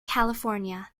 california